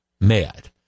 mad